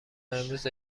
امروز